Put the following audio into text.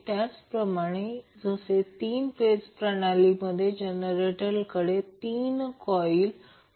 त्याचप्रमाणे जसे 3 फेज प्रणालीमध्ये जनरेटकडे 3न कॉइल होत्या